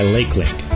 Lakelink